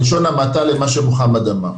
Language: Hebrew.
בלשון המעטה, למה שמוחמד אמר,